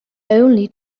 only